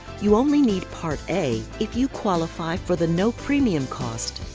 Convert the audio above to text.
you only need part a if you qualify for the no-premium cost.